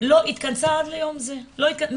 לא התכנסה עד ליום זה מ-2012,